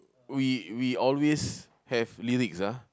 we we always have lyrics ah